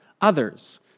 others